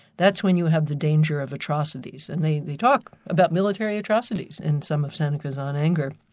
that's when you have the danger of atrocities and they they talk about military atrocities in some of seneca's, on anger.